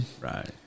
Right